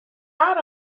out